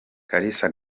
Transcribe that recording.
kalisa